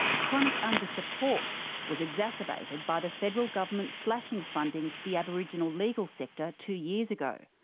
chronic under-support was exacerbated by the federal government slashing funding to the aboriginal legal sector two years ago.